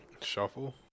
Shuffle